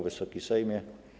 Wysoki Sejmie!